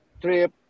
trip